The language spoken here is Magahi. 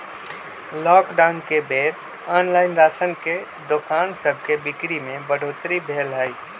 लॉकडाउन के बेर ऑनलाइन राशन के दोकान सभके बिक्री में बढ़ोतरी भेल हइ